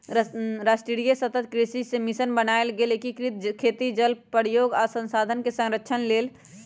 राष्ट्रीय सतत कृषि मिशन बनाएल गेल एकीकृत खेती जल प्रयोग आ संसाधन संरक्षण लेल